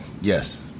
yes